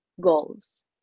goals